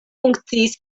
funkciis